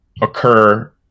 occur